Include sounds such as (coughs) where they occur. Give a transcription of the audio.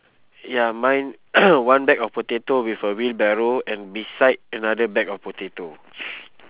ya mine (coughs) one bag of potato with a wheelbarrow and beside another bag of potato (noise)